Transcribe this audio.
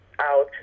out